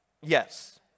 Yes